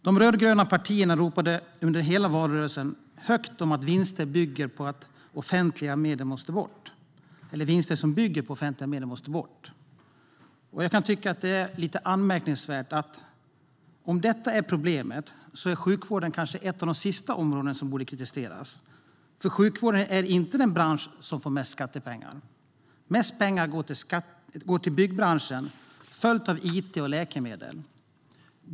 De rödgröna partierna ropade under hela valrörelsen högt att vinster som bygger på offentliga medel måste bort. Det är anmärkningsvärt att om detta är problemet så är sjukvården ett av de sista områdena som borde kritiseras. För sjukvården är inte den bransch som får mest skattepengar. Mest skattepengar går till byggbranschen, följt av it och läkemedel.